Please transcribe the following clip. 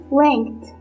length